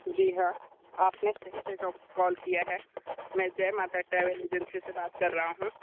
जी हाँ आपने सही जगह कॉल किया है मैं जय माता ट्रैवल एजेंसी से बात कर रहा हूँ